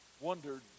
wondered